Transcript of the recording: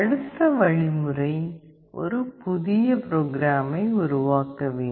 அடுத்த வழிமுறை ஒரு புதிய ப்ரோக்ராமை உருவாக்க வேண்டும்